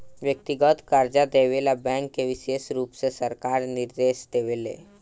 व्यक्तिगत कर्जा देवे ला बैंक के विशेष रुप से सरकार निर्देश देवे ले